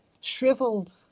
shriveled